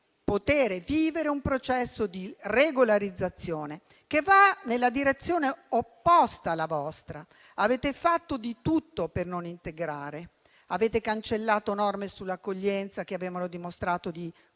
poter vivere un processo di regolarizzazione che va nella direzione opposta alla vostra. Avete fatto di tutto per non integrare; avete cancellato norme sull'accoglienza che avevano dimostrato di funzionare,